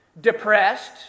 depressed